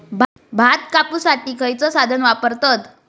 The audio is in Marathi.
भात कापुसाठी खैयचो साधन वापरतत?